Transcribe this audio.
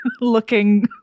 looking